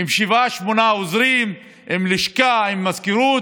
עם שבעה-שמונה עוזרים, עם לשכה, עם מזכירות,